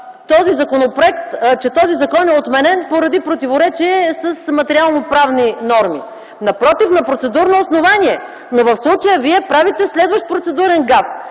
че този закон е отменен, поради противоречие с материалноправни норми. Напротив, на процедурно основание! Но в случая вие правите следващ процедурен гаф,